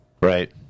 right